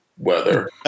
weather